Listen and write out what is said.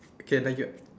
okay thank you